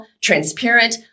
transparent